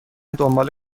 دنبال